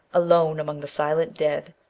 alone among the silent dead,